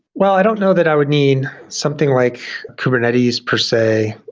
well, i don't know that i would need something like kubernetes per se,